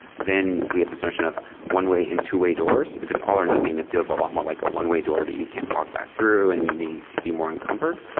then we have this notion of one-way and two-way doors. if it's all or nothing, that feels a lot more like a one-way door that you can't walk back through and you maybe more encumbered,